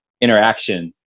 interaction